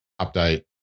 update